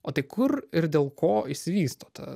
o tai kur ir dėl ko išsivysto ta